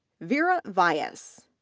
veera vyas,